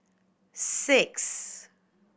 six